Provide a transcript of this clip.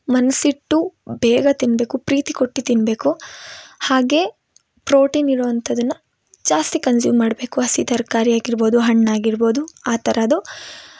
ಮನಸಿಟ್ಟು ಬೇಗ ತಿನ್ನಬೇಕು ಪ್ರೀತಿ ಕೊಟ್ಟು ತಿನ್ನಬೇಕು ಹಾಗೇ ಪ್ರೋಟೀನ್ ಇರೋ ಅಂಥದನ್ನ ಜಾಸ್ತಿ ಕನ್ಸೂಮ್ ಮಾಡಬೇಕು ಹಸಿ ತರ್ಕಾರಿ ಆಗಿರ್ಬೋದು ಹಣ್ಣು ಆಗಿರ್ಬೋದು ಆ ಥರದು